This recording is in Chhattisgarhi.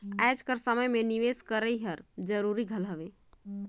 आएज कर समे में निवेस करई हर जरूरी घलो हवे